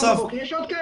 ויש עוד כאלה.